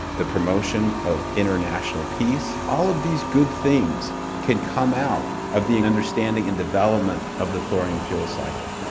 the promotion of international peace. all of these good things can come out of the understanding and development of the thorium fuel cycle.